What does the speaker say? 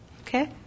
Okay